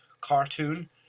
cartoon